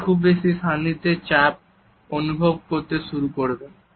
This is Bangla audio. আপনি খুব বেশি সান্নিধ্যের চাপ অনুভব করতে শুরু করবেন